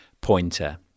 pointer